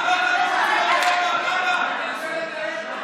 זה לא להאמין.